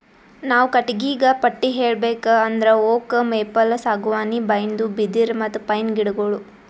ನಾವ್ ಕಟ್ಟಿಗಿಗಾ ಪಟ್ಟಿ ಹೇಳ್ಬೇಕ್ ಅಂದ್ರ ಓಕ್, ಮೇಪಲ್, ಸಾಗುವಾನಿ, ಬೈನ್ದು, ಬಿದಿರ್, ಮತ್ತ್ ಪೈನ್ ಗಿಡಗೋಳು